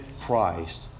Christ